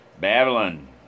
Babylon